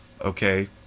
okay